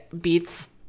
Beats